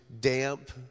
damp